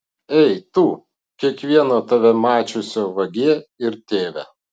ei tu kiekvieno tave mačiusio vagie ir tėve